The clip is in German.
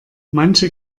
manche